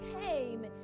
came